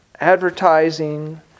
advertising